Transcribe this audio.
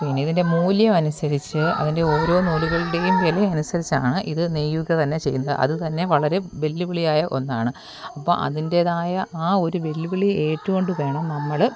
പിന്നിതിൻ്റെ മൂല്യം അനുസരിച്ച് അതിൻ്റെ ഓരോ നൂലുകളുടെയും വില അനുസരിച്ചാണ് ഇത് നെയ്യുക തന്നെ ചെയ്യുന്ന അത് തന്നെ വളരെ വെല്ലുവിളിയായ ഒന്നാണ് അപ്പോൾ അതിൻ്റെതായ ആ ഒരു വെല്ലുവിളി ഏറ്റുകൊണ്ട് വേണം നമ്മൾ